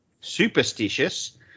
Superstitious